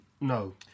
No